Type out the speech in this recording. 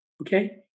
okay